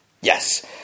Yes